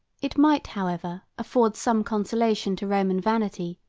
it might, however, afford some consolation to roman vanity,